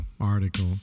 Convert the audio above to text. article